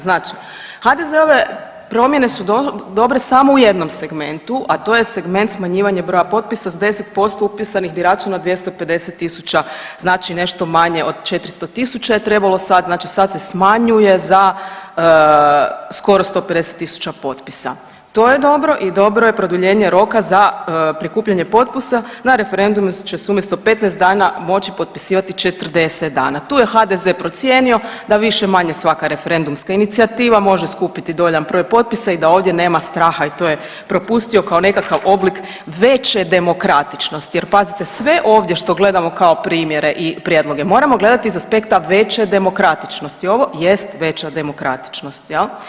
Znači HDZ-ove promjene su dobre samo u jednom segmentu, a to je segment smanjivanja broja potpisa s 10% upisanih birača na 250 tisuća, znači nešto manje od 400 tisuća je trebalo sad, znači sad se smanjuje za skoro 150 tisuća potpisa, to je dobro i dobro je produljenje roka za prikupljanje potpisa, na referendumu će se umjesto 15 dana moći potpisivati 40 dana, tu je HDZ procijenio da više-manje svaka referendumska inicijativa može skupiti dovoljan broj potpisa i da ovdje nema straha i to je propustio kao nekakav oblik veće demokratičnosti jer pazite sve ovdje što gledamo kao primjere i prijedloge moramo gledati iz aspekta veće demokratičnosti, ovo jest veća demokratičnost jel.